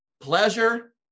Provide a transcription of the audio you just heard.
pleasure